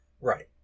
Right